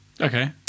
Okay